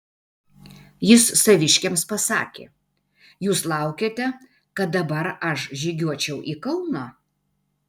jis saviškiams pasakė jūs laukiate kad dabar aš žygiuočiau į kauną